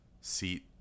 seat